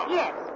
yes